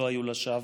לא היו לשווא,